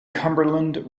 cumberland